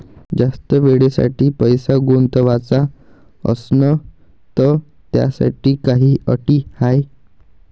जास्त वेळेसाठी पैसा गुंतवाचा असनं त त्याच्यासाठी काही अटी हाय?